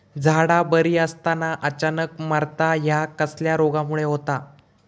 झाडा बरी असताना अचानक मरता हया कसल्या रोगामुळे होता?